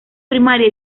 primaria